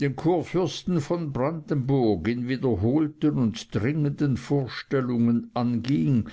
den kurfürsten von brandenburg in wiederholten und dringenden vorstellungen anging